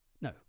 no